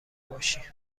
باشی